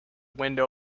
window